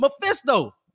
Mephisto